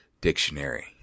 dictionary